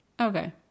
Okay